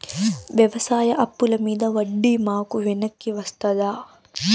వ్యవసాయ అప్పుల మీద వడ్డీ మాకు వెనక్కి వస్తదా?